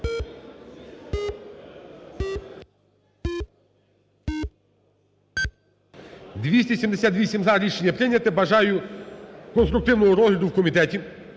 За-278 Рішення прийнято. Бажаю конструктивного розгляду в комітеті.